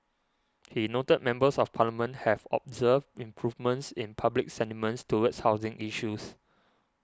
he noted that Members of Parliament have observed improvements in public sentiments towards housing issues